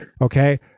Okay